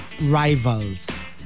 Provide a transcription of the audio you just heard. rivals